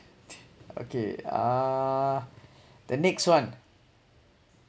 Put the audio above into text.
okay uh the next one